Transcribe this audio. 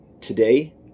today